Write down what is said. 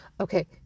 Okay